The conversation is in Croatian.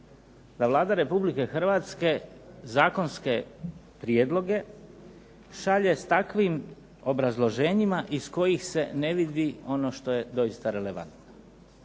da Vlada Republike Hrvatske zakonske prijedloge šalje s takvim obrazloženjima iz kojih se ne vidi ono što je doista relevantno.